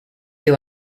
you